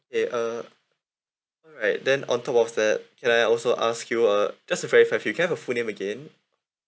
K uh alright then on top of that can I also ask you uh just to verify with you can I have your full name again